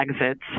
exits